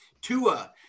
Tua